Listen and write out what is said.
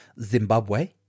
Zimbabwe